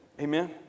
Amen